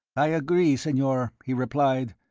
i agree, senor he replied.